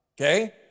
okay